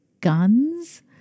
guns